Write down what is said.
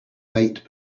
bait